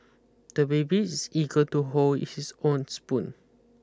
the baby is eager to hold his own spoon